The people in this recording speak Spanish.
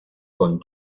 con